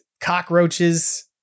cockroaches